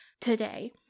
today